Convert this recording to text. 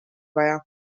vaja